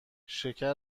شکر